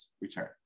return